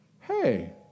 hey